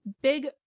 big